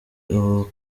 ubu